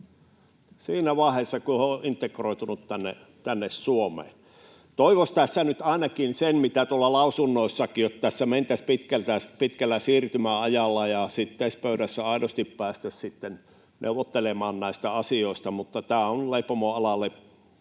siinä vaiheessa, kun he ovat integroituneet tänne Suomeen? Toivoisi tässä nyt ainakin sitä, mitä tuolla lausunnoissakin, että tässä mentäisiin pitkällä siirtymäajalla ja sitten TES-pöydässä aidosti päästäisiin neuvottelemaan näistä asioista. Leipomoalalla